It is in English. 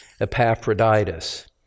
Epaphroditus